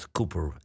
Cooper